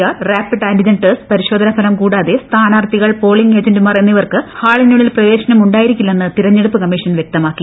R rapid antigen test പരിശോധനാ ഫലം കൂടാതെ സ്ഥാന്റ്റിർത്ഥികൾ പോളിങ് ഏജന്റുമാർ എന്നിവർക്ക് ഹാട്ട്രീനുള്ളിൽ പ്രവേശനം ഉണ്ടായിരിക്കില്ലെന്ന് തെരഞ്ഞെട്ടുപ്പ് കമ്മീഷൻ വ്യക്തമാക്കി